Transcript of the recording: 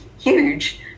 huge